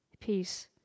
peace